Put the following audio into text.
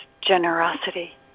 generosity